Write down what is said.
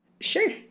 Sure